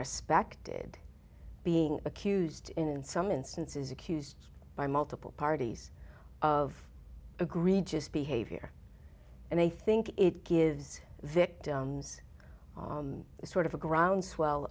respected being accused in some instances accused by multiple parties of agreed just behavior and i think it gives victims a sort of a groundswell